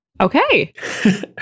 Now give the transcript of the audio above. Okay